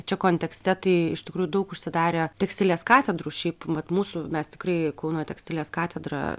čia kontekste tai iš tikrųjų daug užsidarė tekstilės katedrų šiaip vat mūsų mes tikrai kauno tekstilės katedra